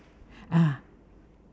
ah